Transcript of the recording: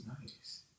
nice